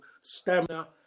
stamina